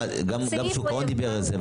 גם שוק ההון דיבר על זה.